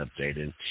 updated